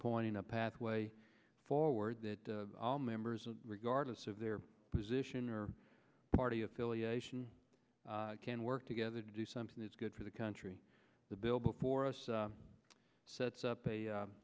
pointing a pathway forward that members of regardless of their position or party affiliation can work together to do something that's good for the country the bill before us sets up a